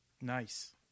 Nice